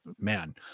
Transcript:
man